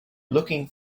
looking